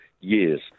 years